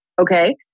Okay